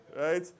right